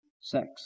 sex